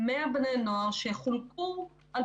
גם עם מסיכה ניתן לעבוד אבל במידה ואנחנו יוצרים ריחוק,